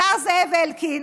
השר זאב אלקין